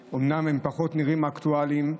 נראים אומנם פחות אקטואליים,